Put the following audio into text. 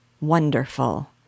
Wonderful